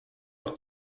leur